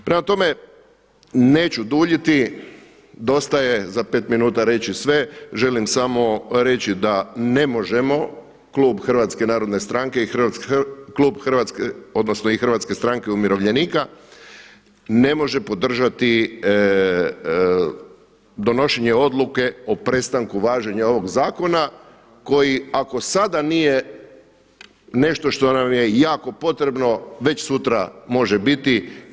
Prema tome, neću duljiti, dosta je za 5 minuta reći sve, želim samo reći da ne možemo klub Hrvatske narodne strane i Hrvatske stranke umirovljenika ne može podržati donošenje odluke o prestanku važenja ovog zakona koji ako sada nije nešto što nam je jako potrebno već sutra može biti.